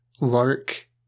Lark